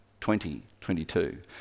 2022